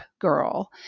girl